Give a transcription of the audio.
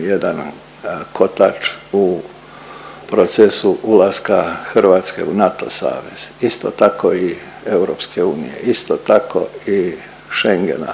jedan kotač u procesu ulaska Hrvatske u NATO savez, isto tako i EU, isto tako i Schengena,